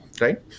right